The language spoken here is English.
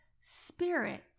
Spirit